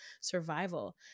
survival